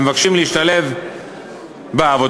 ומבקשים להשתלב בעבודה,